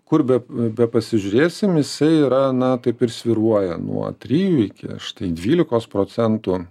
kur be bepasižiūrėsim jisai yra na taip ir svyruoja nuo trijų iki štai dvylikos procentų